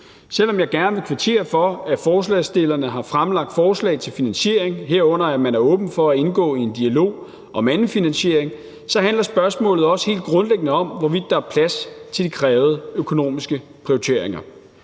Selv om jeg gerne vil kvittere for, at forslagsstillerne har fremlagt forslag til finansiering, herunder at man er åben for at indgå i en dialog om anden finansiering, handler spørgsmålet også helt grundlæggende om, hvorvidt der er plads til de krævede økonomiske prioriteringer,